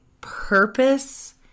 purpose